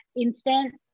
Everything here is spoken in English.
instant